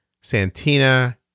Santina